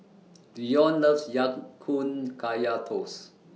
Dion loves Ya Kun Kaya Toast